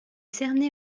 cerné